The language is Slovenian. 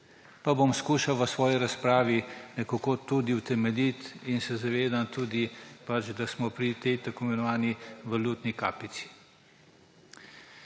Pa bom skušal v svoji razpravi nekako tudi utemeljiti in se zavedam tudi, da smo pri tej tako imenovani valutni kapici.